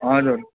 हजुर